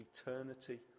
eternity